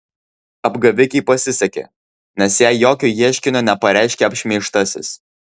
apgavikei pasisekė nes jai jokio ieškinio nepareiškė apšmeižtasis